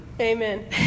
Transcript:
Amen